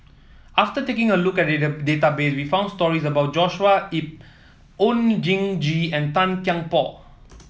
after taking a look at data database we found stories about Joshua Ip Oon Jin Gee and Tan Kian Por